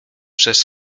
przez